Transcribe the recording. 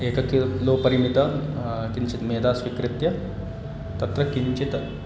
एकं किलो परिमितां किञ्चित् मेदां स्वीकृत्य तत्र किञ्चित्